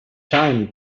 time